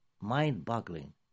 Mind-boggling